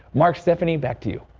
mark stephanie back to you.